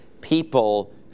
people